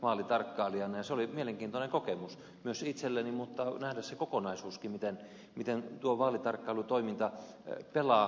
se oli mielenkiintoinen kokemus myös itselleni nähdä se kokonaisuuskin miten tuo vaalitarkkailutoiminta pelaa